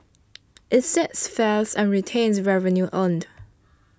it sets fares and retains revenue earned